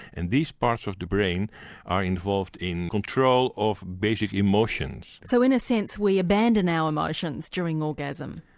and these parts of the brain are involved in control of basic emotions. so in a sense we abandon our emotions during orgasm?